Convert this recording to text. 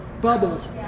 Bubbles